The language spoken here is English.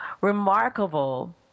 remarkable